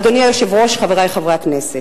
אדוני היושב-ראש, חברי חברי הכנסת,